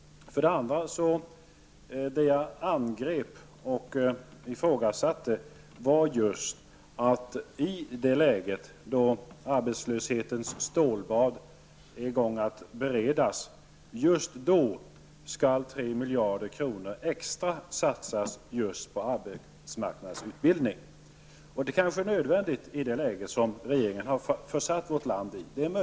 Jag angrep och ifrågasatte att man i det läget då arbetslöshetens stålbad är i gång att beredas, skall satsa 3 miljarder extra på arbetsmarknadsutbildning. Det är möjligt att det är nödvändigt i det läge som regeringen har försatt vårt land i.